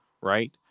right